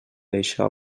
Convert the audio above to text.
això